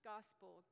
Gospel